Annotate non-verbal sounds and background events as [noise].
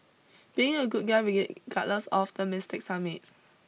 being a good guy [unintelligible] galas of the mistakes I made